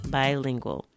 bilingual